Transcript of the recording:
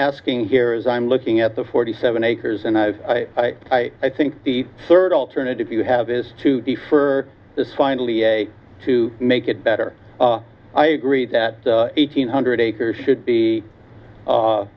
asking here is i'm looking at the forty seven acres and i i i think the third alternative you have is to be for this finally to make it better i agree that eighteen hundred acres should be